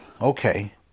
Okay